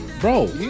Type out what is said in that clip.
Bro